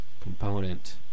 component